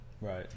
Right